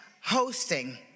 hosting